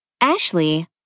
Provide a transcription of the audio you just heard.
Ashley